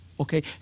okay